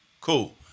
Cool